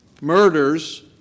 murders